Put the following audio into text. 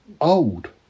Old